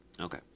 Okay